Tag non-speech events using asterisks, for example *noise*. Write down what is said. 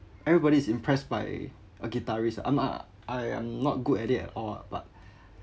everybody is impressed by a guitarist I'm a I am not good at it at all but *breath*